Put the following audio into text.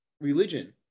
religion